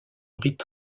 rite